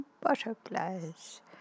butterflies